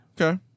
Okay